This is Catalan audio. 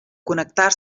connectar